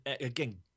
again